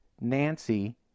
Nancy